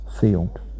field